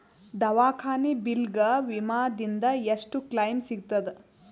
ದವಾಖಾನಿ ಬಿಲ್ ಗ ವಿಮಾ ದಿಂದ ಎಷ್ಟು ಕ್ಲೈಮ್ ಸಿಗತದ?